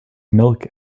milk